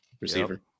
Receiver